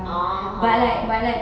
(uh huh)